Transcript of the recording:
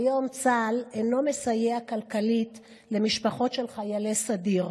כיום צה"ל אינו מסייע כלכלית למשפחות של חיילי סדיר,